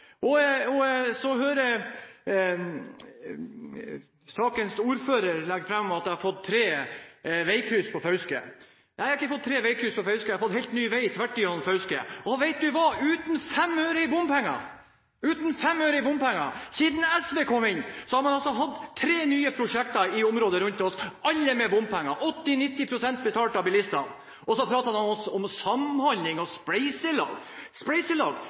Jeg hører så sakens ordfører legge fram at jeg har fått tre veikryss på Fauske. Nei, jeg har ikke fått tre veikryss på Fauske, jeg har fått helt ny vei tvers gjennom Fauske – og, vet du hva, uten fem øre i bompenger! Siden SV kom inn, har man altså hatt tre nye prosjekter i området rundt oss – alle med bompenger – 80–90 pst. betalt av bilistene. Så prater han om samhandling og spleiselag.